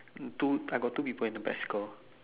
two I got the two people in the bicycle